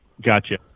Gotcha